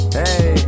hey